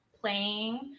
playing